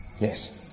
Yes